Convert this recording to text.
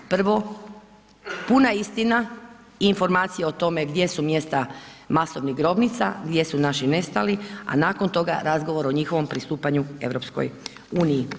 Prvo, puna istina i informacije o tome gdje su mjesta masovnih grobnica, gdje su naši nestali, a nakon toga razgovor o njihovom pristupanju EU.